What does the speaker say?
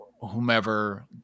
whomever –